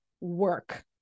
work